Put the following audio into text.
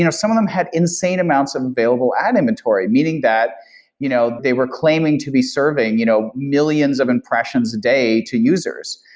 you know some of them had insane amounts of available ad inventory, meaning that you know they were claiming to be serving you know millions of impressions a day to users.